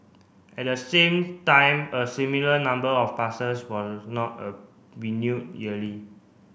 at the same time a similar number of passes were not a renewed yearly